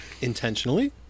Intentionally